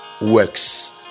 works